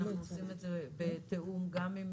אנחנו עושים את זה בתיאום גם עם